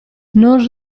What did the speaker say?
non